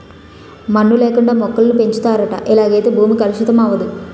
మన్ను లేకుండా మొక్కలను పెంచుతారట ఇలాగైతే భూమి కలుషితం అవదు